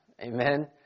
Amen